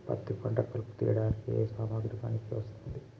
పత్తి పంట కలుపు తీయడానికి ఏ సామాగ్రి పనికి వస్తుంది?